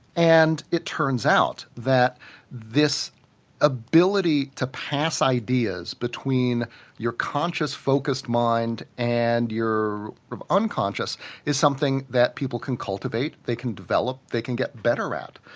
and it turns out that this ability to pass ideas between your conscious, focused mind and your unconscious is something that people can cultivate, they can develop, they can get better at.